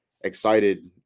excited